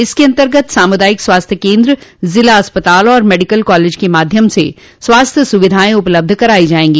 इसके अन्तर्गत सामुदायिक स्वास्थ्य केन्द्र जिला अस्पताल और मेडिकल कालेज के माध्यम से स्वास्थ्य सुविधायें उपलबध करायी जायेंगी